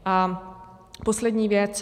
A poslední věc.